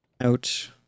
out